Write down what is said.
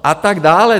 A tak dále.